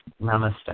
Namaste